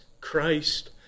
Christ